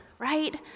right